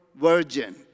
virgin